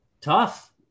Tough